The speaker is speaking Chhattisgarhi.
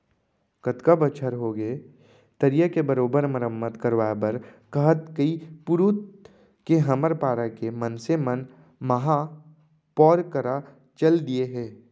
कतका बछर होगे तरिया के बरोबर मरम्मत करवाय बर कहत कई पुरूत के हमर पारा के मनसे मन महापौर करा चल दिये हें